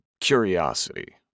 curiosity